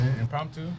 Impromptu